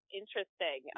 interesting